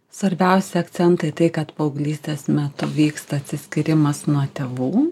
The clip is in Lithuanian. svarbiausi akcentai tai kad paauglystės metu vyksta atsiskyrimas nuo tėvų